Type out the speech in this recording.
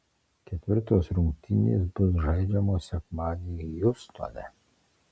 ketvirtos rungtynės bus žaidžiamos sekmadienį hjustone